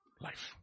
Life